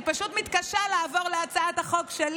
אני פשוט מתקשה לעבור להצעת החוק שלי.